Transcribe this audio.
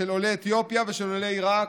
של עולי אתיופיה ושל עולי עיראק.